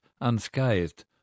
unscathed